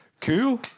Cool